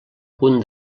punt